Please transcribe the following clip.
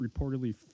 reportedly